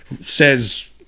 says